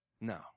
No